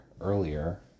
earlier